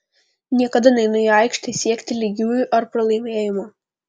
niekada neinu į aikštę siekti lygiųjų ar pralaimėjimo